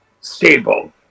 stable